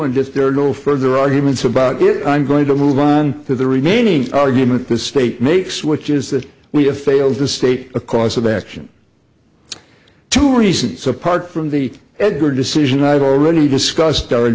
and just there are no further arguments about it i'm going to move on to the remaining argument the state makes which is that we have failed to state a cause of action two reasons apart from the edgar decision i've already discussed